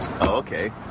okay